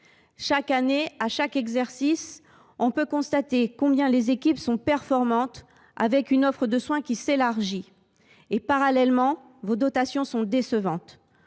Indien. À chaque exercice, on peut constater combien les équipes sont performantes, avec une offre de soins qui s’élargit. Parallèlement, les dotations que vous